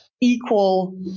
equal